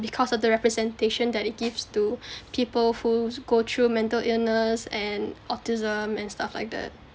because of the representation that it gives to people who go through mental illness and autism and stuff like that